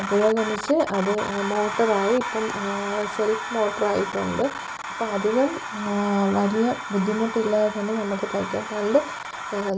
അത് പുരോഗമിച്ച് അത് മോട്ടറായി ഇപ്പം സെൽഫ് മോട്ടറായിട്ടുണ്ട് അപ്പം അധികം വലിയ ബുദ്ധിമുട്ടില്ലാതെതന്നെ നമുക്ക് തയ്ക്കാം പണ്ട്